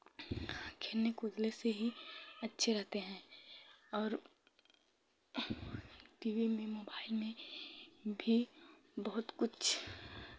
खेलने कूदने से ही अच्छे रहते हैं और टी वी में मोबाइल में भी बहुत कुछ